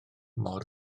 mor